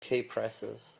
keypresses